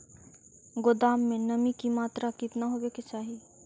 गोदाम मे नमी की मात्रा कितना होबे के चाही?